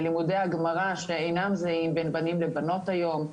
ללימודי הגמרא שאינם זהים בין בנים לבנות היום,